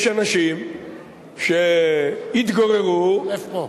יש אנשים שהתגוררו, איפה?